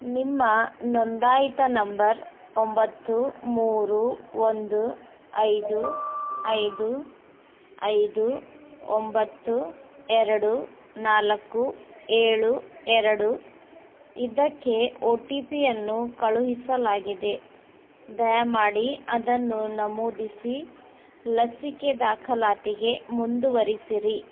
ನಿಮ್ಮ ನೋಂದಾಯಿತ ನಂಬರ್ ಒಂಬತ್ತು ಮೂರು ಒಂದು ಐದು ಐದು ಐದು ಒಂಬತ್ತು ಎರಡು ನಾಲ್ಕು ಏಳು ಎರಡು ಇದಕ್ಕೆ ಓ ಟಿ ಪಿಯನ್ನು ಕಳುಹಿಸಲಾಗಿದೆ ದಯಮಾಡಿ ಅದನ್ನು ನಮೂದಿಸಿ ಲಸಿಕೆ ದಾಖಲಾತಿಗೆ ಮುಂದುವರಿಸಿರಿ